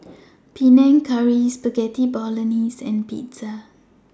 Panang Curry Spaghetti Bolognese and Pizza